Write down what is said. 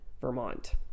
vermont